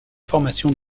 formation